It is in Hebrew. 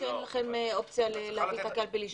שאין לכם אופציה להביא את הקלפי לשם.